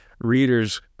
readers